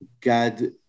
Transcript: God